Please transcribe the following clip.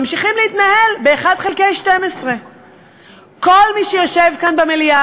ממשיכים להתנהל ב-1 חלקי 12. כל מי שיושב כאן במליאה